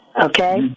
Okay